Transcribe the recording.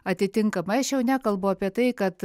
atitinkamai aš jau nekalbu apie tai kad